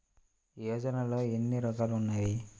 యోజనలో ఏన్ని రకాలు ఉన్నాయి?